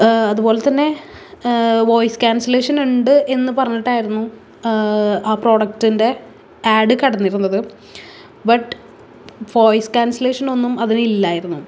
അതുപോലെ തന്നെ വോയിസ് ക്യാൻസലേഷനുണ്ട് എന്ന് പറഞ്ഞിട്ടായിരുന്നു ആ പ്രോഡക്റ്റിൻ്റെ ആഡ് കിടന്നിരുന്നത് ബട്ട് വോയിസ് ക്യാൻസലേഷനൊന്നും അതിനില്ലായിരുന്നു